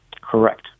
Correct